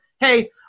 Hey